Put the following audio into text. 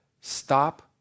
Stop